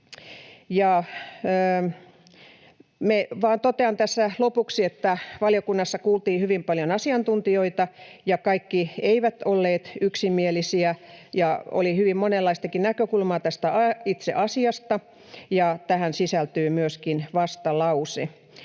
Totean tässä lopuksi, että valiokunnassa kuultiin hyvin paljon asiantuntijoita, ja kaikki eivät olleet yksimielisiä ja oli hyvin monenlaistakin näkökulmaa tästä itse asiasta, ja tähän sisältyy myöskin vastalause.